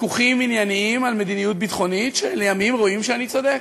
ויכוחים ענייניים על מדיניות ביטחונית שלימים רואים שאני צודק,